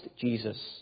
Jesus